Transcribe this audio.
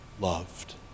loved